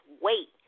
wait